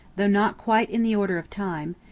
though not quite in the order of time,